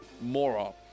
moron